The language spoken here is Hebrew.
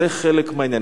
זה חלק מהעניין.